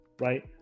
right